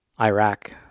Iraq